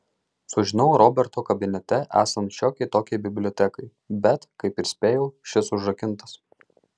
sužinau roberto kabinete esant šiokiai tokiai bibliotekai bet kaip ir spėjau šis užrakintas